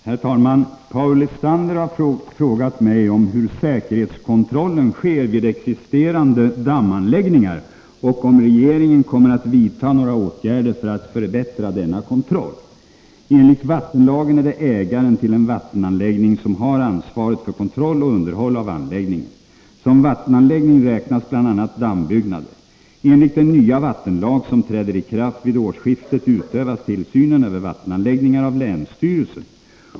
Herr talman! Paul Lestander har frågat mig om hur säkerhetskontrollen sker vid existerande dammanläggningar och om regeringen kommer att vidta några åtgärder för att förbättra denna kontroll. Enligt vattenlagen är det ägaren till en vattenanläggning som har ansvaret för kontroll och underhåll av anläggningen. Som vattenanläggning räknas bl.a. dammbyggnader. Enligt den nya vattenlag som träder i kraft vid årsskiftet utövas tillsynen över vattenanläggningar av länsstyrelsen.